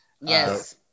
yes